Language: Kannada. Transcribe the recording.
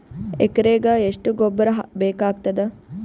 ಎಕರೆಗ ಎಷ್ಟು ಗೊಬ್ಬರ ಬೇಕಾಗತಾದ?